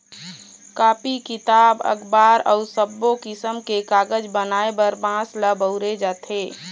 copy, किताब, अखबार अउ सब्बो किसम के कागज बनाए बर बांस ल बउरे जाथे